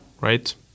right